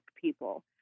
people